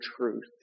truth